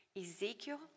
Ezekiel